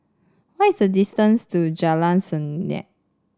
what is the distance to Jalan Senang